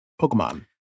Pokemon